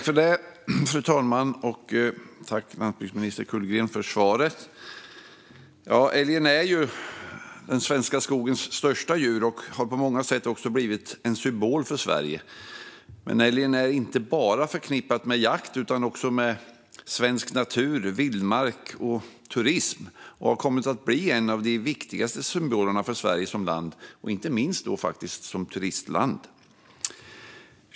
Fru talman! Jag tackar landsbygdsminister Kullgren för svaret. Älgen är den svenska skogens största djur och har på många sätt också blivit en symbol för Sverige. Men älgen är inte bara förknippad med jakt utan också med svensk natur, vildmark och turism och har kommit att bli en av de viktigaste symbolerna för Sverige som land, inte minst som turistland.